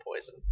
poison